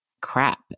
crap